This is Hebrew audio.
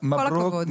כל הכבוד.